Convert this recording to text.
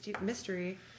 mystery